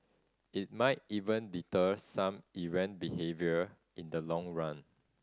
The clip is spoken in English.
it might even deter some errant behaviour in the long run